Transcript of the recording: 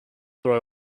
throw